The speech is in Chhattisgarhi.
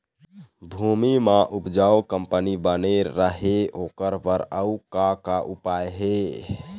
भूमि म उपजाऊ कंपनी बने रहे ओकर बर अउ का का उपाय हे?